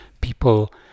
people